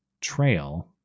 trail